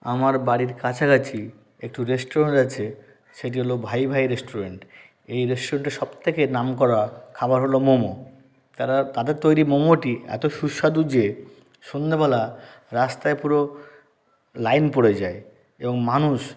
আমার বাড়ির কাছাকাছি একটি রেস্টুরেন্ট আছে সেটি হলো ভাই ভাই রেস্টুরেন্ট এই রেস্টুরেন্টে সব থেকে নামকরা খাবার হলো মোমো তারা তাদের তৈরি মোমোটি এতো সুস্বাদু যে সন্ধেবেলা রাস্তায় পুরো লাইন পড়ে যায় এবং মানুষ